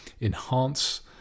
enhance